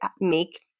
make –